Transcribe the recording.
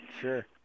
Sure